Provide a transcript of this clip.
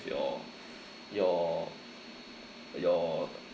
your your your